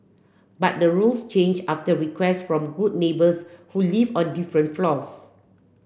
but the rules change after requests from good neighbours who live on different floors